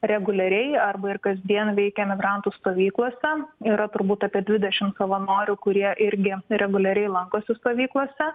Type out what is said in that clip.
reguliariai arba ir kasdien veikia migrantų stovyklose yra turbūt apie dvidešim savanorių kurie irgi reguliariai lankosi stovyklose